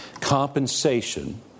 compensation